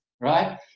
right